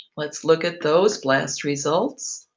let's look at those blast results.